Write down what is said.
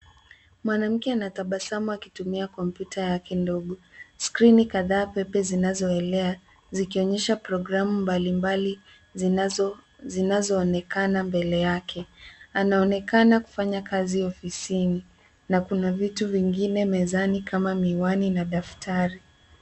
Mwanamke anatabasamu akitumia kompyuta yake ndogo. Skrini kadhaa pepe zinazoelea, zikionyesha programu mbali mbali zinazoonekana mbele yake. Anaonekana kufanya kazi ofisini, na kuna vitu vingine mezani kama miwani na daftari.